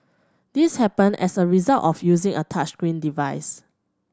this happened as a result of using a touchscreen device